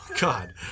God